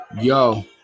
Yo